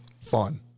fun